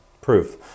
proof